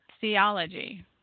theology